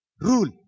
Rule